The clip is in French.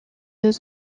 deux